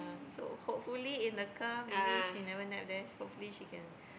so hopefully in the car maybe she never nap there hopefully she can